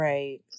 Right